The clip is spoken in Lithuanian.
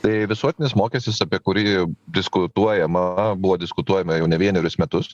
tai visuotinis mokestis apie kurį diskutuojama buvo diskutuojama jau ne vienerius metus